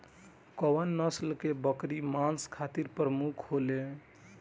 कउन नस्ल के बकरी मांस खातिर प्रमुख होले?